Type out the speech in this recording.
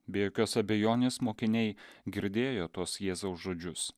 be jokios abejonės mokiniai girdėjo tuos jėzaus žodžius